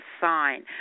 sign